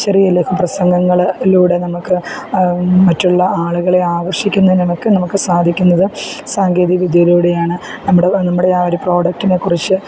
ചെറിയ ലഘു പ്രസംഗങ്ങളിലൂടെ നമുക്ക് മറ്റുള്ള ആളുകളെ ആകർഷിക്കുന്നതിനൊക്കെ നമുക്ക് സാധിക്കുന്നത് സാങ്കേതികവിദ്യയിലൂടെയാണ് നമ്മുടെ നമ്മുടെ ആ ഒരു പ്രോഡക്റ്റിനെ കുറിച്ച്